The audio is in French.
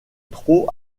trop